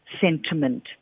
sentiment